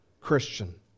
Christian